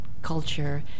Culture